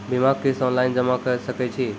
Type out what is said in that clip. बीमाक किस्त ऑनलाइन जमा कॅ सकै छी?